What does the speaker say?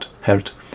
hurt